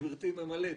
שגברתי ממלאת.